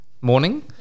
morning